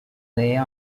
lea